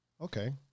okay